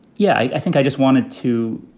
yeah i think i just wanted to